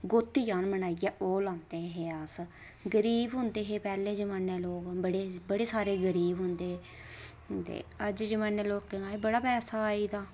गोत्ती जन बनाइयै ओह् लांदे हे अस गरीब होंदे हे पैह्ले जमानै च लोक बड़े बड़े सारे गरीब होंदे हे ते अज्ज जमानै च लोकें कश बड़ा पैसा आई दा